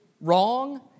wrong